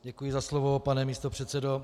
Děkuji za slovo, pane místopředsedo.